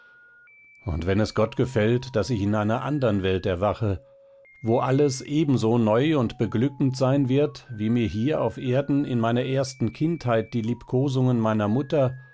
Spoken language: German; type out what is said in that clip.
und wenn es gott gefällt daß ich in einer andern welt erwache wo alles ebenso neu und beglückend sein wird wie mir hier auf erden in meiner ersten kindheit die liebkosungen meiner mutter